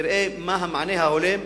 תראה מה המענה ההולם,